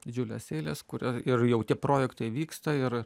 didžiulės eilės kur jie ir jau tie projektai vyksta ir